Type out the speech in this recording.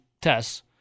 tests